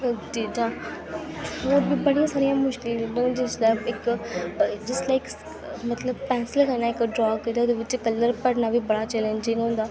चीजां होर बी बड़ियां सारियां मुश्कल चीजां न जिसलै इक जिसलै इक मतलब पैंसल कन्नै इक ड्रा कीता ओह्दे बिच्च कलर भरना बी बड़ा चैलेंजिंग होंदा